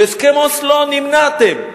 בהסכם אוסלו נמנעתם,